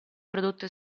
prodotto